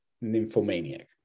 Nymphomaniac